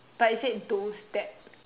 but you said those that